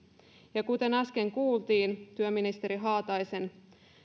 ja kuten äsken kuultiin työministeri haataisenkin